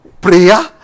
prayer